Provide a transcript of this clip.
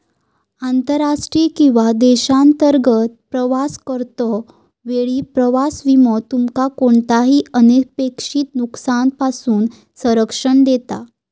आंतरराष्ट्रीय किंवा देशांतर्गत प्रवास करतो वेळी प्रवास विमो तुमका कोणताही अनपेक्षित नुकसानापासून संरक्षण देता